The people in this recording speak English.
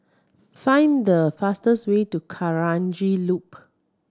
find the fastest way to Kranji Loop